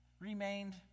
remained